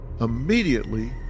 immediately